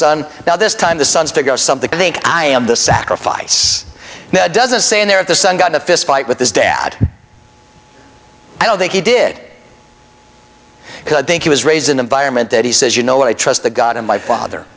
son now this time the son's figure something i think i am the sacrifice doesn't saying there is the son got a fist fight with his dad i don't think he did because i think he was raised an environment that he says you know what i trust that god and my father